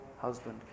husband